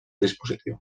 dispositiu